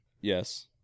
Yes